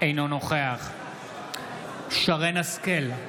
אינו נוכח שרן מרים השכל,